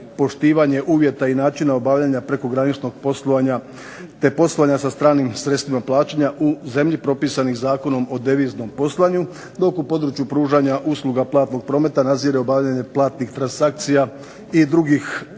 poštivanje uvjeta i načina obavljanja prekograničnog poslovanja, te poslovanja sa stranim sredstvima plaćanja u zemlji propisanih Zakonom o deviznom poslovanju, dok u području pružanja usluga platnog prometa nadzire obavljanje platnih transakcija i drugih